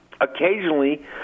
Occasionally